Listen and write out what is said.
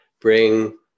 bring